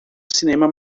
cinema